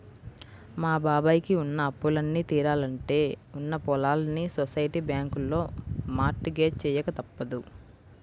మా బాబాయ్ కి ఉన్న అప్పులన్నీ తీరాలంటే ఉన్న పొలాల్ని సొసైటీ బ్యాంకులో మార్ట్ గేజ్ చెయ్యక తప్పదు